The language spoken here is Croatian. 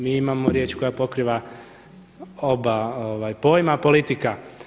Mi imamo riječ koja pokriva oba pojma politika.